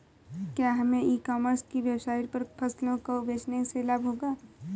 क्या हमें e commerce की वेबसाइट पर फसलों को बेचने से लाभ होगा?